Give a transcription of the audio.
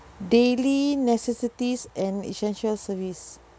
daily necessities and essential service